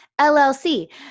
LLC